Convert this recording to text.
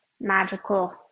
magical